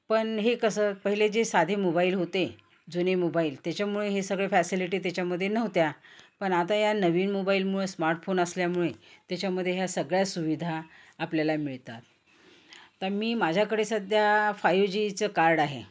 पण हे कसं पहिले जे साधे मोबाईल होते जुने मोबाईल त्याच्यामुळे हे सगळ फॅसिलिटी त्याच्यामध्ये नव्हत्या पण आता या नवीन मोबाईलमुळे स्मार्टफोन असल्यामुळे त्याच्यामध्ये ह्या सगळ्या सुविधा आपल्याला मिळतात तर मी माझ्याकडे सध्या फाय जीचं कार्ड आहे